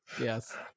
yes